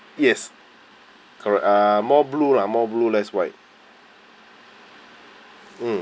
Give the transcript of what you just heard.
yes correct ah more blue lah more blue less white